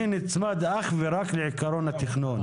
אני נצמד אך ורק לעיקרון התכנון.